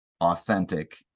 authentic